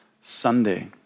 Sunday